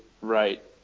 right